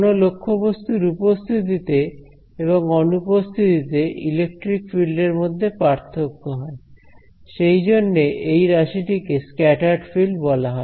কোন লক্ষ্যবস্তুর উপস্থিতিতে এবং অনুপস্থিতিতে ইলেকট্রিক ফিল্ডের মধ্যে পার্থক্য হয় সেইজন্যে এই রাশি টি কে স্ক্যাটার্ড ফিল্ড বলা হয়